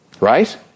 right